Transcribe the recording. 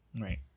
Right